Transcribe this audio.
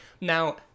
Now